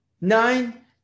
nine